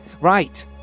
Right